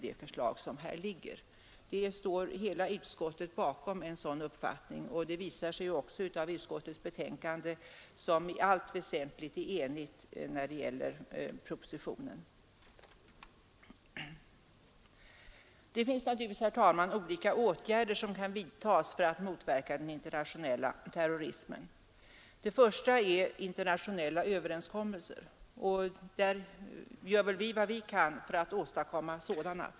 En sådan uppfattning står hela utskottet bakom — bortsett från vpk — och det visar sig också i utskottets betänkande att vi i allt väsentligt är eniga när det gäller propositionen. Det finns naturligtvis, herr talman, olika åtgärder som kan vidtas för att motverka den internationella terrorismen. Det första är internationella överenskommelser, och vi gör väl vad vi kan för att åstadkomma sådana.